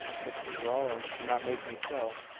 mrs rowland cannot make me so,